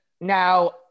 Now